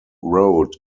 road